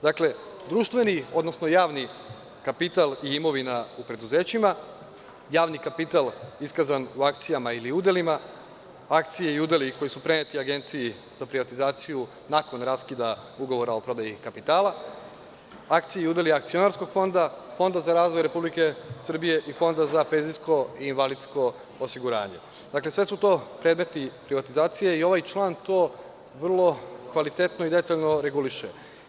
Dakle, društveni, odnosno javni kapital i imovina u preduzećima, javni kapital iskazan u akcijama ili udelima, akcije i udeli koji su preneti Agenciji za privatizaciju nakon raskida ugovora o prodaji kapitala, akcije i udeli Akcionarskog fonda, Fonda za razvoj Republike Srbije i Fonda za PIO, sve su to predmeti privatizacije i ovaj član to vrlo kvalitetno i detaljno reguliše.